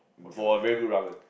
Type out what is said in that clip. for a very good ramen